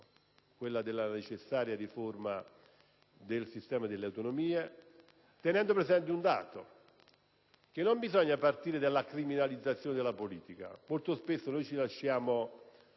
esempio la necessaria riforma del sistema delle autonomie, tenendo presente che non bisogna partire dalla criminalizzazione della politica. Molto spesso ci lasciamo